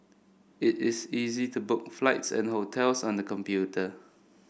it is easy to book flights and hotels on the computer